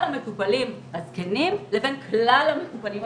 המטופלים הזקנים' לבין 'כלל המטופלים הצעירים'.